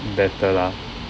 better lah